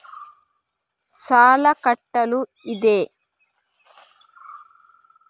ಸಾಲ ಕಟ್ಟಲು ಇದೆ